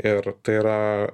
ir tai yra